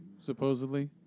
supposedly